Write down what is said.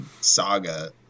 saga